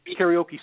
Karaoke